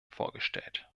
vorgestellt